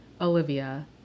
olivia